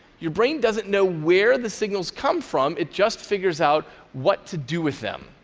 your brain doesn't know where the signals come from. it just figures out what to do with them.